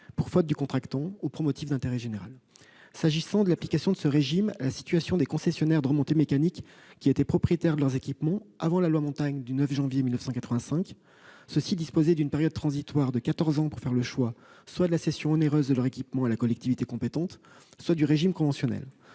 pour faute du cocontractant ou pour motif d'intérêt général. S'agissant de l'application de ce régime à la situation des concessionnaires de remontées mécaniques qui étaient propriétaires de leurs équipements avant la loi Montagne du 9 janvier 1985, ceux-ci disposaient d'une période transitoire de quatorze ans pour faire le choix soit de la cession onéreuse de leur équipement à la collectivité compétente, soit du régime conventionnel.